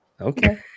Okay